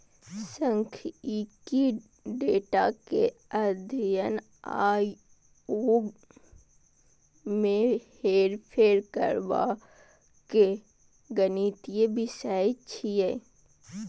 सांख्यिकी डेटा के अध्ययन आ ओय मे हेरफेर करबाक गणितीय विषय छियै